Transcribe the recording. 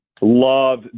Love